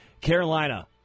Carolina